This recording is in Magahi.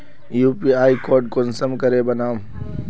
यु.पी.आई कोड कुंसम करे बनाम?